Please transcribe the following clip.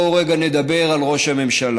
בואו רגע נדבר על ראש הממשלה,